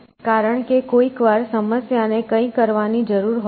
કારણ કે કોઈક વાર સમસ્યાને કંઈ કરવાની જરૂર નથી હોતી